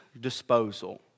Disposal